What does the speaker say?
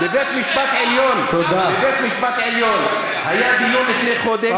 בבית-המשפט העליון היה דיון לפני חודש,